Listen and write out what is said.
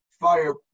fire